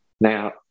Now